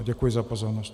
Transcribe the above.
Děkuji za pozornost.